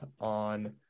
on